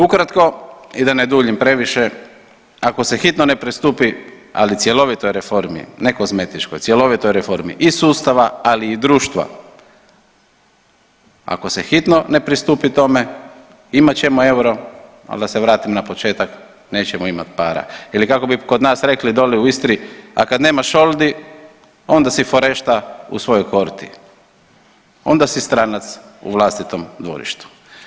Ukratko i da ne duljim previše ako se hitno ne pristupi, ali cjelovitoj reformi, ne kozmetičkoj, cjelovitoj reformi i sustava, ali i društva ako se hitno ne pristupi tome imat ćemo euro, ali da se vratim na početak nećemo imati para ili kako bi kod nas rekli dole u Istri a kad nema šoldi onda si forešta u svojoj horti, onda si stranac u vlastitom dvorištu.